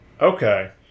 Okay